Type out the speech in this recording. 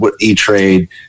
E-Trade